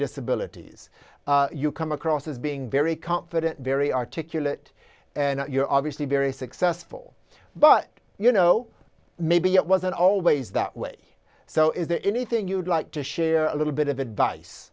disability you come across as being very confident very articulate and you're obviously very successful but you know maybe it wasn't always that way so is there anything you'd like to share a little bit of advice